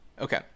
okay